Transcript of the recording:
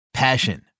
Passion